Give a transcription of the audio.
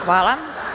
Hvala.